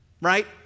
right